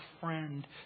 friend